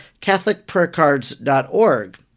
catholicprayercards.org